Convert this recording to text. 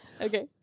Okay